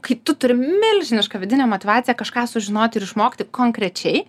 kai tu turi milžinišką vidinę motyvaciją kažką sužinoti ir išmokti konkrečiai